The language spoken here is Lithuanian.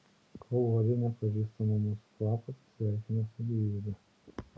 kol uodžia nepažįstamą mūsų kvapą atsisveikina su gyvybe